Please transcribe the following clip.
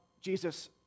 Jesus